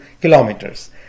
kilometers